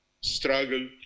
struggle